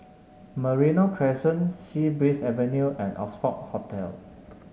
Merino Crescent Sea Breeze Avenue and Oxford Hotel